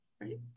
Right